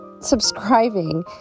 subscribing